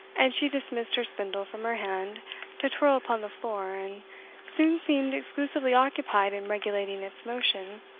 and she dismissed her spindle from her hand to twirl upon the floor, and soon seemed exclusively occupied in regulating its motion,